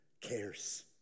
cares